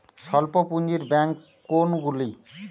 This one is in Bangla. স্বল্প পুজিঁর ব্যাঙ্ক কোনগুলি?